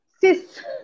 sis